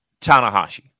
Tanahashi